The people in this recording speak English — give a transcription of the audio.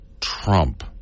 Trump